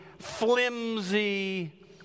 flimsy